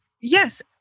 Yes